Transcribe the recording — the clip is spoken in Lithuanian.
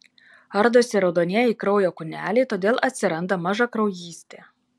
ardosi raudonieji kraujo kūneliai todėl atsiranda mažakraujystė